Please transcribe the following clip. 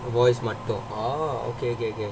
the voice motto ah okay okay okay